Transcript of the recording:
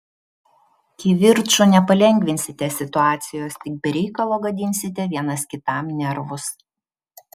kivirču nepalengvinsite situacijos tik be reikalo gadinsite vienas kitam nervus